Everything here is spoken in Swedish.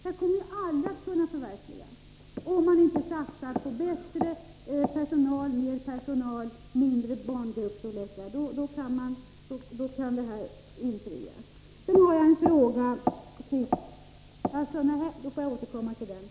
Det kommer aldrig att kunna förverkligas — om man inte satsar på bättre personal, mer personal och mindre barngruppsstorlekar.